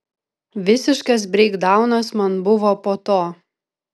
visiškas breikdaunas man buvo po to